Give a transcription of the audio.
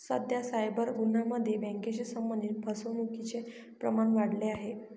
सध्या सायबर गुन्ह्यांमध्ये बँकेशी संबंधित फसवणुकीचे प्रमाण वाढले आहे